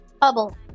Bubble